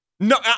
No